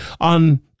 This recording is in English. on